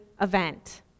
event